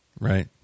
Right